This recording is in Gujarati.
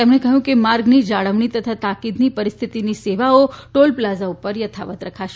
તેમણે કહ્યું કે માર્ગની જાળવણી તથા તાકીદની પરિસ્થિતિની સેવાઓ ટોલ પ્લાઝા ઉપર યથાવત રખાશે